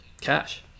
cash